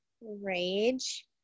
Rage